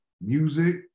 music